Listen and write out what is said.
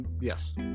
Yes